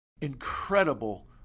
Incredible